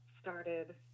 started